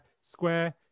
Square